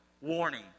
warning